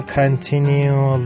continue